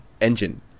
engine